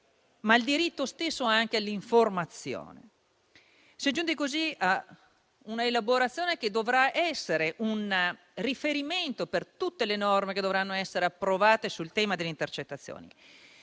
e il diritto stesso all'informazione. Si è giunti, così, a una elaborazione che dovrà essere un riferimento per tutte le norme che dovranno essere approvate sul tema delle intercettazioni.